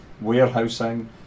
warehousing